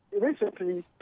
recently